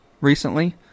recently